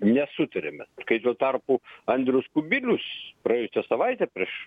nesutarėme kai tuo tarpu andrius kubilius praėjusią savaitę prieš